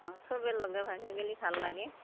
অঁ চবে লগে ভাগে গ'লে ভাল লাগে